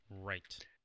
Right